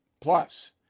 Plus